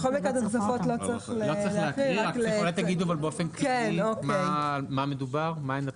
לא צריך להקריא אלא לומר באופן כללי במה מדובר.